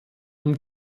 und